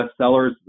bestsellers